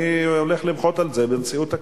אני הולך למחות על זה בנשיאות הכנסת.